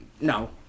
No